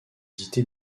édité